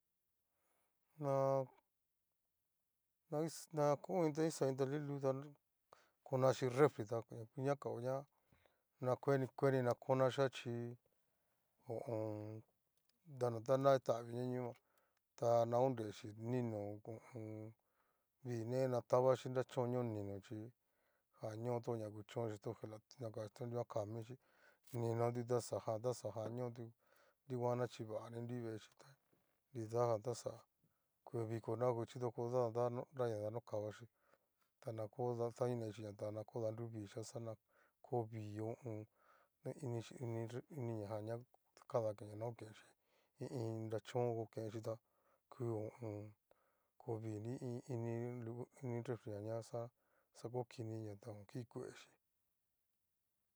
Na. ko ta na ixa ta iin ta liluta ta konachí refri ta ña ngu ña kao ña ña kueni kueni na konachia chí ho o on. dana ta tavi na ñóo ta na ngonrexhí niño ho o on. vine na tavachí nrachón ño niño chí jan ño tu na kuchónchí tu gelatina kachí a nunguan kamichí, ninotu taxajan taxaja ñotu niguan nachiva ni nrui veexhí ta nridajan taxa ku viko naguchí nadaña danokavaxí ta da ko inechí iinan ta na ko danruvichia xa na ko vii ho o on. na inixí ini najan ña cadaque na okenxhí i iin nrachón kokenchíta ku ho o on. ko vii nri i ini lu inirefrijan ña ñaxa xa o ko kini ta o kikuechí.